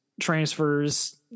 transfers